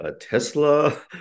Tesla